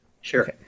Sure